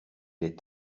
est